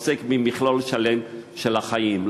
הוא עוסק במכלול שלם של החיים,